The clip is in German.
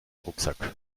rucksack